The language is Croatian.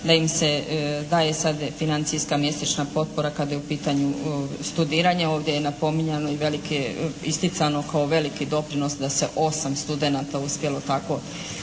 da im se daje sada financijska mjesečna potpora kada je u pitanju studiranje. Ovdje je napominjano i isticano kao veliki doprinos da se osam studenata uspjelo tako za